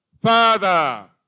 Father